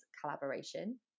collaboration